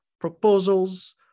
proposals